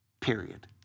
period